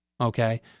Okay